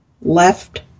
left